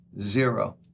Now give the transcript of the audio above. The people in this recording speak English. zero